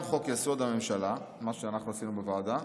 חוק-יסוד: הממשלה" מה שאנחנו עשינו בוועדה,